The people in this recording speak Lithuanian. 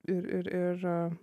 ir ir ir